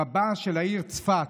רבה של העיר צפת,